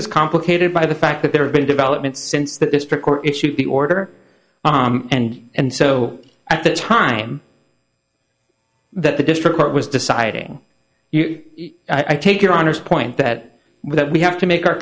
is complicated by the fact that there have been developments since that this trick or issued the order and and so at the time that the district court was deciding i take your honors point that we that we have to make our